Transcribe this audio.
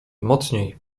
mocniej